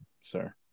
sir